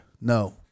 No